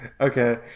Okay